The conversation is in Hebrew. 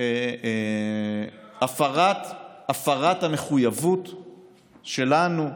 הפרת המחויבות שלנו,